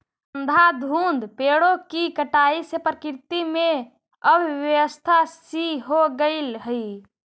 अंधाधुंध पेड़ों की कटाई से प्रकृति में अव्यवस्था सी हो गईल हई